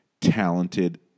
talented